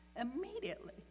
immediately